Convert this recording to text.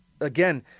again